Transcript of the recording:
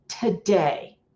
today